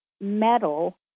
metal